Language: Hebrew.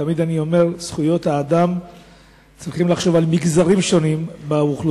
אני תמיד אומר שצריך לחשוב על מגזרים שונים באוכלוסייה,